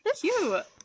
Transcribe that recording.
Cute